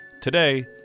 Today